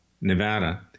Nevada